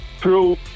true